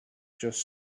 just